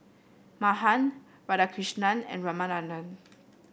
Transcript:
Mahan Radhakrishnan and Ramanand